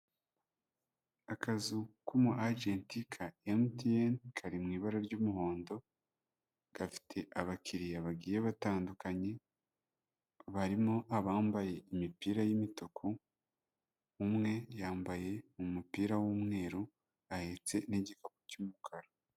Akazu k'umu ajenti ka MTN kari mu ibara ry'umuhondo, gafite abakiriya bagiye batandukanye, barimo abambaye imipira y'imituku, umwe yambaye umupira w'umweru ahetse n'igipu cy'umukara.